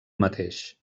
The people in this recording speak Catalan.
mateix